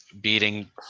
beating